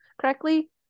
correctly